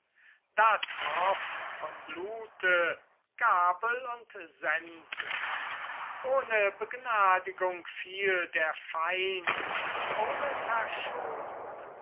da troff von blute gabel und sense ohne begnadigung fiel der feind und ohne verschonung